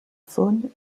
faune